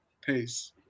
Peace